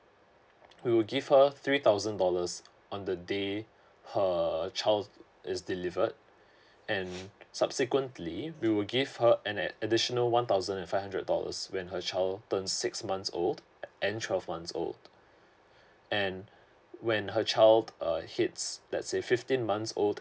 we will give her three thousand dollars on the day her child is delivered and subsequently we will give her an additional one thousand and five hundred dollars when her child turns six months old and twelve months old and when her child err hits let's say fifteen months old